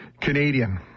Canadian